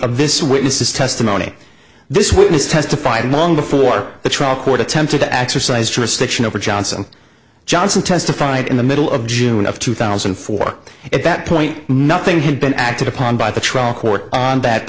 of this witness's testimony this witness testified long before the trial court attempted to exercise jurisdiction over johnson johnson testified in the middle of june of two thousand and four at that point nothing had been acted upon by the trial court on